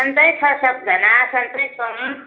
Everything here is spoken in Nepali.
सन्चै छ सबजना सन्चै छौँ